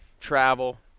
travel